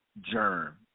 germ